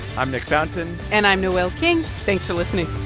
i'm nick fountain and i'm noel king. thanks for listening